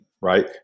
Right